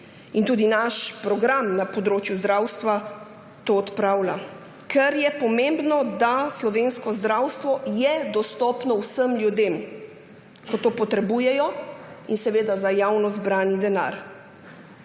in tudi naš program na področju zdravstva to odpravlja. Ker je pomembno, da je slovensko zdravstvo dostopno vsem ljudem, ko to potrebujejo, in seveda za javno zbran denar.